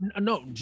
no